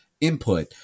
input